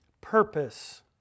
purpose